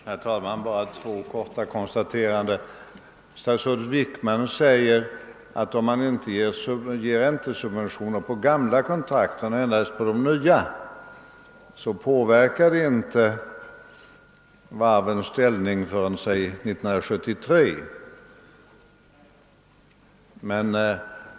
Herr talman! Bara två korta konstateranden. Statsrådet Wickman framhåller att om man inte ger räntesubventioner på gamla kontrakt utan endast på nya, påverkar inte detta varvens ställning förrän 1973.